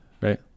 right